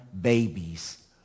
babies